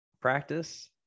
practice